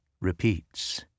repeats